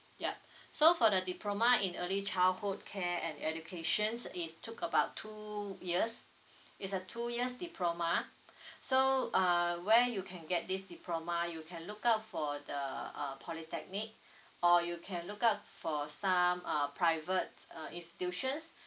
yup so for the diploma in early childhood care and education it took about two years it's a two years diploma so uh where you can get this diploma you can look up for the uh polytechnic or you can look up for some uh private uh institutions